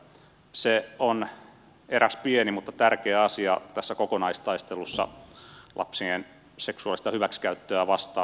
se on eräs pieni mutta tärkeä asia tässä kokonaistaistelussa lasten seksuaalista hyväksikäyttöä vastaan